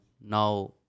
now